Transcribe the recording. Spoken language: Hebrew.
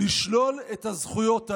לשלול את הזכויות הללו".